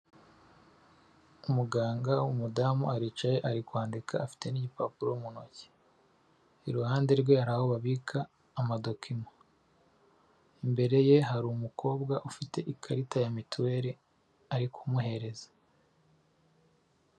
Umuganga w'umudamu aricaye ari kwandika afite n'igipapuro mu ntoki, iruhande rwe hari aho babika amadokima, imbere ye hari umukobwa ufite ikarita ya mituweli ari kumuhereza.